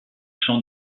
champ